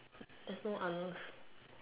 there's no others